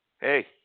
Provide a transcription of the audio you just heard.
Hey